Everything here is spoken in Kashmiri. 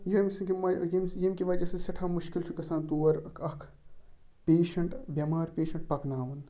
ییٚمۍ سنٛدۍ یم ییٚمہ کہِ وجہ سۭتۍ سٮ۪ٹھاہ مُشکِل چھُ گژھان تور اَکھکھ پیشَنٛٹ بٮ۪مار پیشَنٹ پَکناوُن